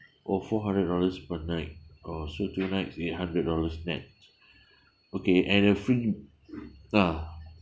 oh four hundred dollars per night oh so two nights eight hundred dollars nett okay and a free ah